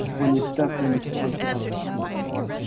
when you step into it you don't see no door